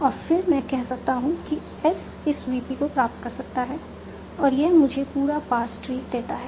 और फिर मैं कह सकता हूं कि S इस VP को प्राप्त कर सकता है और यह मुझे पूरा पार्स ट्री देता है